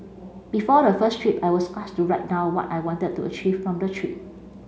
before the first trip I was asked to write down what I wanted to achieve from the trip